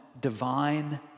divine